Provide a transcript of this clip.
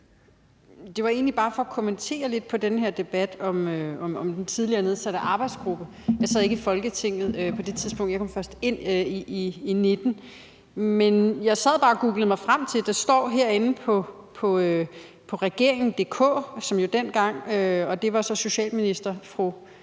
Jeg vil egentlig bare kommentere lidt på den her debat om den tidligere nedsatte arbejdsgruppe. Jeg sad ikke i Folketinget på det tidspunkt, jeg kom først ind i 2019, men jeg sad bare og googlede mig frem til, at der faktisk her på Regeringen.dk står, og det var jo dengang fru